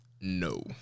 no